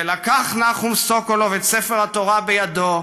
ולקח נחום סוקולוב את ספר התורה בידו,